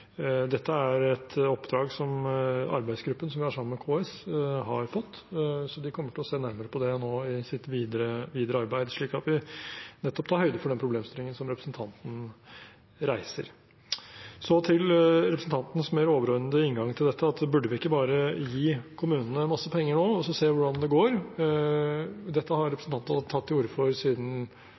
Dette er et oppdrag som arbeidsgruppen vi har sammen med KS, har fått. De kommer til å se nærmere på det i sitt videre arbeid, slik at vi nettopp tar høyde for den problemstillingen som representanten reiser. Så til representantens mer overordnede inngang til dette: Burde vi ikke bare gi kommunene masse penger nå og se hvordan det går? Dette har representanten tatt til orde for siden